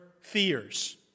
fears